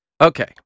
Okay